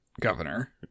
governor